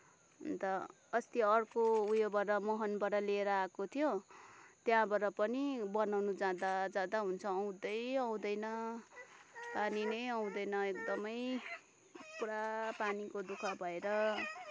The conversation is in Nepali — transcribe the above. अन्त अस्ति अर्को उयोबाट मुहानबाट लिएर आएको थियो त्यहाँबाट पनि बनाउन जाँदा जाँदा हुन्छ आउँदै आउँदैन पानी नै आउँदैन एकदमै पुरा पानीको दुःख भएर